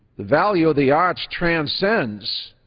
the value of the arts transcends